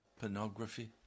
pornography